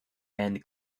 and